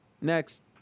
Next